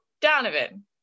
Donovan